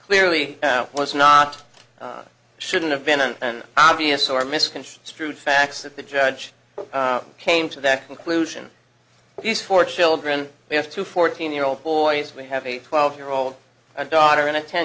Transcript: clearly was not shouldn't have been an obvious or misconstrued facts that the judge came to that conclusion these four children have two fourteen year old boys we have a twelve year old daughter and a ten